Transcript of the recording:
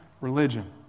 religion